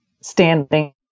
standing